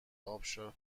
ابشار